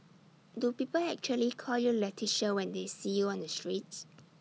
do people actually call you Leticia when they see you on the streets